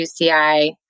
UCI